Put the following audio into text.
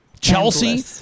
Chelsea